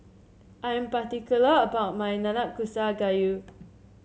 I am particular about my Nanakusa Gayu